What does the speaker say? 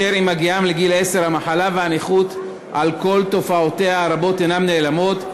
אשר עם הגיעם לגיל עשר המחלה והנכות על כל תופעותיהן הרבות אינן נעלמות,